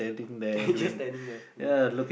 and he just standing there okay